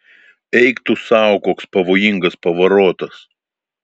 eik tu sau koks pavojingas pavarotas